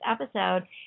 episode